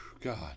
God